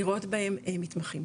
לראות בהם מתמחים.